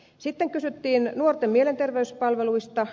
sitten kysyttiin nuorten mielenterveyspalveluista